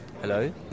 hello